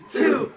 two